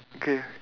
okay